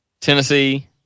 Tennessee